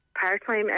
part-time